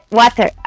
water